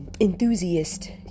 enthusiast